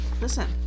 listen